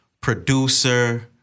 producer